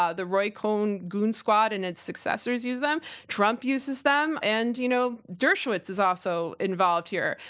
ah the roy cohn goon squad and its successors use them, trump uses them, and you know dershowitz is also involved here.